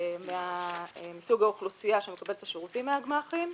מסוג האוכלוסייה שמקבל את השירותים מהגמ"חים.